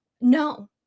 No